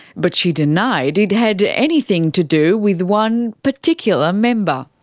but she denied it had anything to do with one particular member.